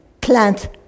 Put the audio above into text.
plant